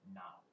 now